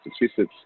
Massachusetts